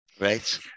Right